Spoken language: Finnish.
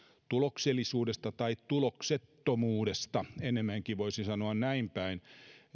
tuloksellisuudesta tai tuloksettomuudesta ennemminkin voisi sanoa näinpäin